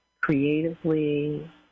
creatively